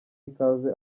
ikaze